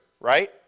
right